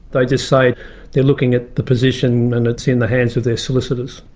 they just say they're looking at the position and it's in the hands of their solicitors.